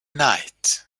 night